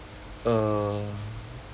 err